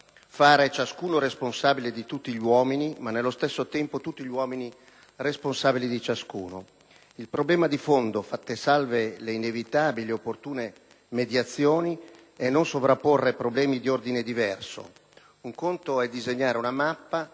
fare ciascuno responsabile di tutti gli uomini, ma, nello stesso tempo, tutti gli uomini responsabili di ciascuno. Il problema di fondo, fatte salve le inevitabili e opportune mediazioni, è non sovrapporre problemi di ordine diverso: un conto è disegnare una mappa,